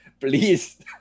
please